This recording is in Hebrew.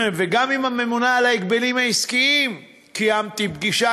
וגם עם הממונה על ההגבלים העסקיים קיימתי פגישה,